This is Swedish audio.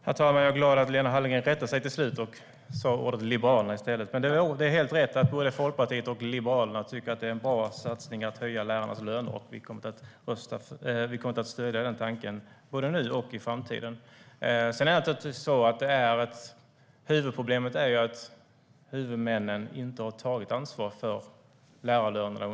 Herr talman! Jag är glad att Lena Hallengren rättade sig till slut och sa Liberalerna. Det är helt rätt att både Folkpartiet och Liberalerna tycker att det är en bra satsning att höja lärarnas löner. Vi kommer därför att stödja den tanken både nu och i framtiden. Huvudproblemet är att huvudmännen under decennier inte har tagit ansvar för lärarlönerna.